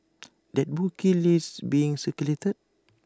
that bookie list being circulated